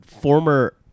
former